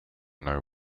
know